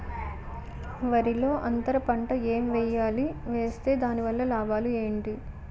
వరిలో అంతర పంట ఎం వేయాలి? వేస్తే దాని వల్ల లాభాలు ఏంటి?